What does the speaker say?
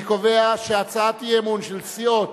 אני קובע שהצעת האי-אמון של סיעות